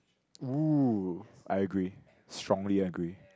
!woo! I agree strongly agree